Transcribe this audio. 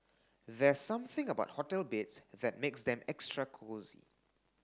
there's something about hotel beds that makes them extra cosy